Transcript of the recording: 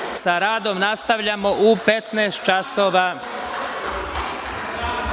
Sa radom nastavljamo u 15,00